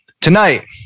tonight